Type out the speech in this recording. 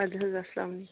ادٕ حظ اسَلام علیکُم